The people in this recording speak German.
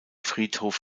friedhof